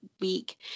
week